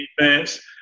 defense